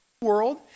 world